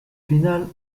finale